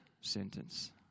sentence